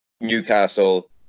Newcastle